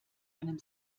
einem